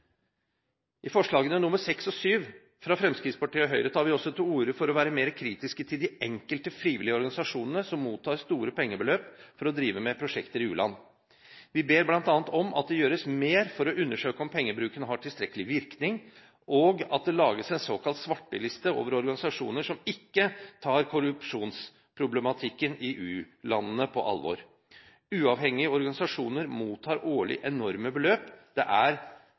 I forslagene nr. 6 og 7, fra Fremskrittspartiet og Høyre, tar vi også til orde for å være mer kritiske til de enkelte frivillige organisasjonene som mottar store pengebeløp for å drive med prosjekter i u-land. Vi ber bl.a. om at det gjøres mer for å undersøke om pengebruken har tilstrekkelig virkning, og at det lages en såkalt svarteliste over organisasjoner som ikke tar korrupsjonsproblematikken i u-landene på alvor. Uavhengige organisasjoner mottar årlig enorme beløp, det er